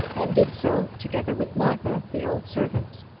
and did so, together with martha, the old servant.